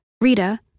Rita